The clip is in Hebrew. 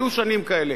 היו שנים כאלה,